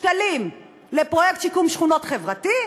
שקלים לפרויקט שיקום שכונות חברתי,